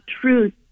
truth